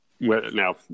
Now